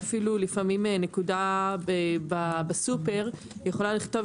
ואפילו לפעמים נקודה בסופר יכולה לכתוב